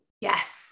Yes